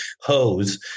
hose